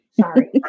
Sorry